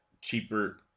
cheaper